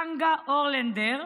טאגה ארלנדר,